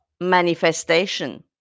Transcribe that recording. manifestation